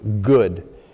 good